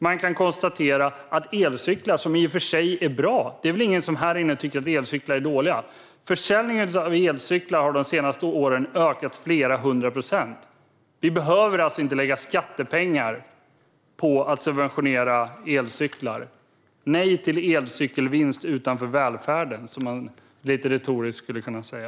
Man kan konstatera att elcyklar i och för sig är bra. Det är väl ingen här inne som tycker att elcyklar är dåliga. Försäljningen av elcyklar har de senaste åren ökat med flera hundra procent. Vi behöver inte lägga skattepengar på att subventionera elcyklar. Nej till elcykelvinst utanför välfärden! skulle man lite retoriskt kunna säga.